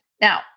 Now